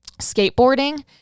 skateboarding